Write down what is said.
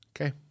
Okay